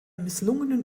misslungenen